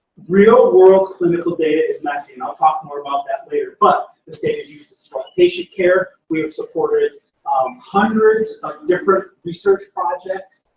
real world clinical data is messy, and i'll talk more about that later. but this data's used to store patient care, we've supported hundreds of different research projects,